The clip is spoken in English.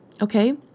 okay